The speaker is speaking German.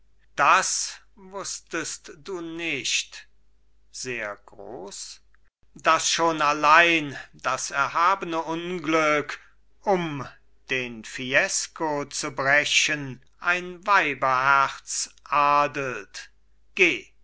das wußtest du nicht sehr groß daß schon allein das erhabene unglück um den fiesco zu brechen ein weiberherz adelt geh